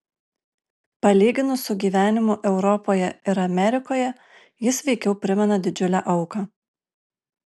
palyginus su gyvenimu europoje ir amerikoje jis veikiau primena didžiulę auką